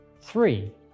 Three